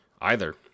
Either